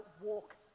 walk